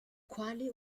quali